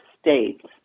states